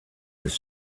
his